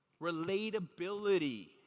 Relatability